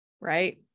right